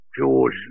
George